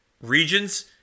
regions